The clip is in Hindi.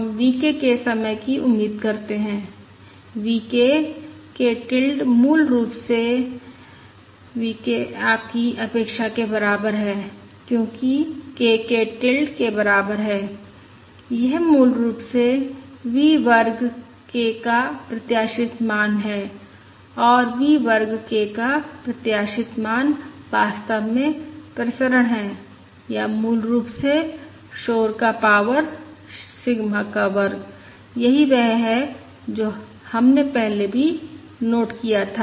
हम V k के समय की उम्मीद करते हैं V k k k tilde मूल रूप से आपकी अपेक्षा के बराबर है क्योंकि k k टिल्ड के बराबर है यह मूल रूप से V वर्ग k का प्रत्याशित मान है और V वर्ग k का प्रत्याशित मान वास्तव में प्रसरण है या मूल रूप से शोर का पावर सिग्मा का वर्ग यही वह है जो हमने पहले भी नोट किया था